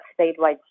statewide